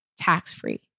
tax-free